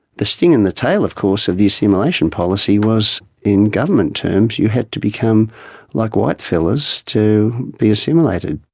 the sting in the tail of course of the assimilation policy was in government terms you had to become like white fellas to be assimilated.